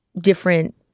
different